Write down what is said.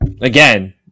Again